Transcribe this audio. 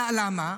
למה?